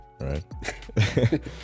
right